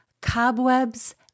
Cobwebs